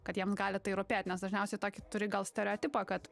kad jiem gali tai rūpėt nes dažniausiai tokį turi gal stereotipą kad